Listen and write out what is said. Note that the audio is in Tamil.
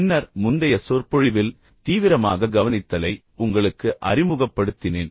பின்னர் முந்தைய சொற்பொழிவில் தீவிரமாக கவனித்தலை உங்களுக்கு அறிமுகப்படுத்தினேன்